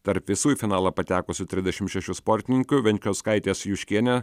tarp visų į finalą patekusių trisdešimt šešių sportininkių venčkauskaitė su juškiene